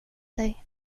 dig